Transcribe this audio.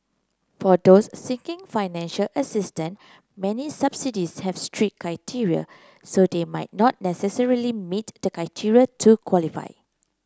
for those seeking financial assistance many subsidies have strict criteria so they might not necessarily meet the criteria to qualify